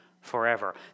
forever